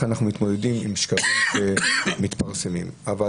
אנחנו מתמודדים עם שקרים שמתפרסמים אבל